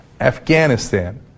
Afghanistan